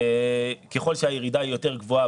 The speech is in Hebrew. ככל שהירידה היא יותר גבוהה,